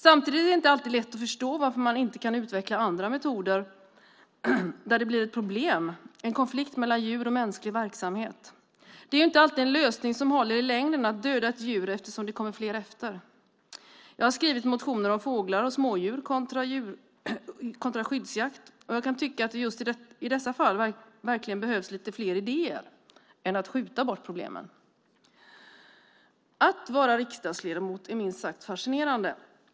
Samtidigt är det inte alltid lätt att förstå varför man inte kan utveckla andra metoder när det blir ett problem, en konflikt mellan djur och mänsklig verksamhet. Det är inte alltid en lösning som håller i längden att döda ett djur eftersom det kommer fler efter. Jag har skrivit motioner om fåglar och smådjur kontra skyddsjakt, och jag kan tycka att det just i dessa fall verkligen behövs lite fler idéer än att skjuta bort problemen. Att vara riksdagsledamot är minst sagt fascinerande.